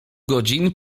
godzin